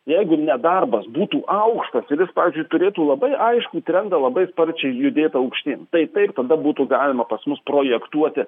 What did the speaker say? jeigu nedarbas būtų aukštas ir jis pavyzdžiui turėtų labai aiškų trendą labai sparčiai judėt aukštyn tai taip tada būtų galima pas mus projektuoti